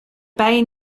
bijen